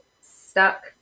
stuck